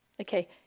okay